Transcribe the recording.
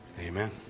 amen